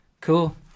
Cool